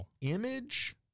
Image